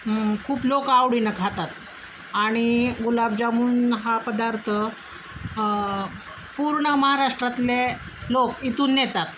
खूप लोक आवडीनं खातात आणि गुलाबजामून हा पदार्थ पूर्ण महाराष्ट्रातले लोक इथून येतात